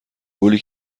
گلی